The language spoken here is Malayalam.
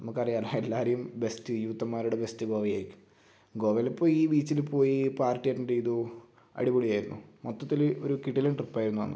നമുക്ക് അറിയാമല്ലോ എല്ലാരെയും ബെസ്റ്റ് യൂത്തമ്മാരുടെ ബെസ്റ്റ് ഗോവയായിരിക്കും ഗോവയിൽ പോയി ബീച്ചിൽ പോയി പാർട്ടി അറ്റൻഡ് ചെയ്തു അടിപൊളിയായിരുന്നു മൊത്തത്തിൽ ഒരു കിടിലൻ ട്രിപ്പ് ആയിരുന്നു അന്ന്